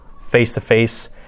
face-to-face